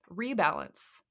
rebalance